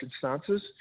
circumstances